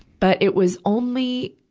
but it was only,